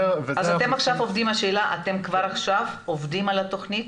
אתם כבר עכשיו עובדים על התוכנית?